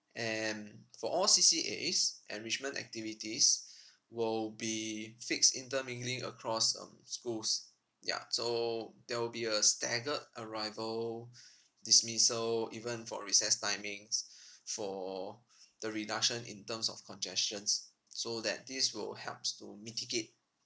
and for all C_C_As enrichment activities will be fixed intermingling across um schools ya so there will be a staggered arrival dismissal even for recess timings for the reduction in terms of congestions so that this will helps to mitigate